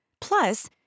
Plus